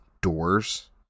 doors